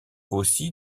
aussi